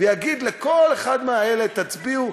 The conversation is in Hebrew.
ויגיד לכל אחד מאלה: תצביעו,